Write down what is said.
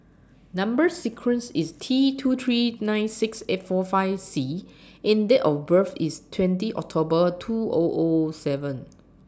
Number sequence IS T two three nine six eight four five C and Date of birth IS twenty October two O O seven